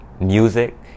music